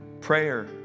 Prayer